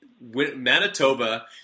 Manitoba